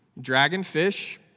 Dragonfish